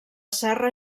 serra